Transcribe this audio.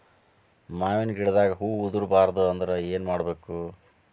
ಮಾವಿನ ಗಿಡದಾಗ ಹೂವು ಉದುರು ಬಾರದಂದ್ರ ಏನು ಮಾಡಬೇಕು?